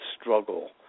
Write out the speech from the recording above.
struggle